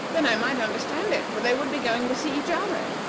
then i might understand it for they would be going to see each other,